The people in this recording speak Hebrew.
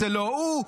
זה לא הוא,